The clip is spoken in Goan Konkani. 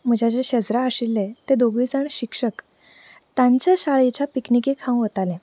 म्हज्या जे शेज्रा आशिल्ले ते दोगूय जाण शिक्षक तांच्या शाळेच्या पिकनिकेक हांव वतालें